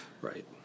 Right